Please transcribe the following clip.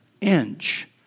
inch